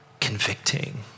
convicting